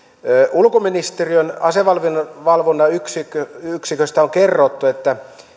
ulkoministeriön asevalvonnan asevalvonnan yksiköstä yksiköstä on kerrottu että